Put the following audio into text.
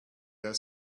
their